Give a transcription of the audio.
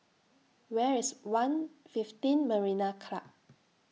Where IS one fifteen Marina Club